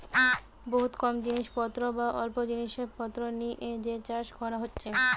বহুত কম জিনিস পত্র বা অল্প জিনিস পত্র দিয়ে যে চাষ কোরা হচ্ছে